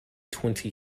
twenty